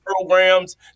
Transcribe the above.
programs